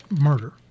murder